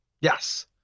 Yes